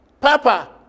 Papa